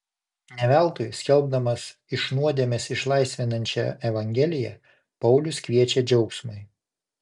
ne veltui skelbdamas iš nuodėmės išlaisvinančią evangeliją paulius kviečia džiaugsmui